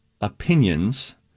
opinions